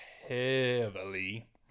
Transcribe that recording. heavily